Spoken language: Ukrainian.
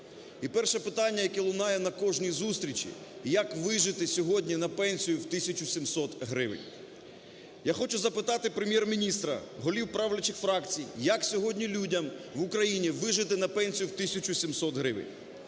І перше питання, яке лунає на кожній зустрічі: як вижити сьогодні на пенсію в 1 тисячу 700 гривень? Я хочу запитати Прем'єр-міністра, голів правлячих фракцій, як сьогодні людям в Україні вижити на пенсію в 1 тисячу 700 гривень?